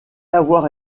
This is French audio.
avoir